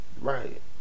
Right